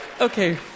okay